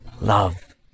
love